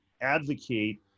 advocate